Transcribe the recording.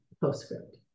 postscript